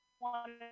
wanted